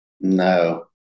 No